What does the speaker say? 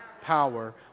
power